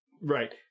Right